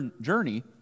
journey